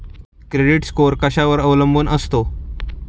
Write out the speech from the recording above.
Credit score कशावर अवलंबून असतो?